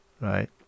right